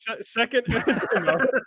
second